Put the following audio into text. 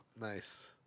Nice